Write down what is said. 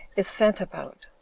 is sent about.